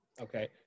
Okay